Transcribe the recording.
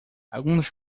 algumas